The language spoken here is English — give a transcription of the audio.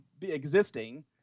existing